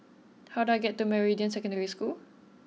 how do I get to Meridian Secondary School